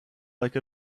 like